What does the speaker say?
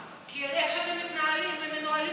כי איך שמתנהלים ומנוהלים,